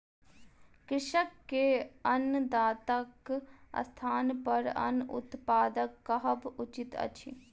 कृषक के अन्नदाताक स्थानपर अन्न उत्पादक कहब उचित अछि